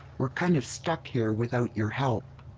we're kind of stuck here without your help.